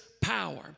power